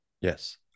Yes